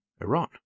Iran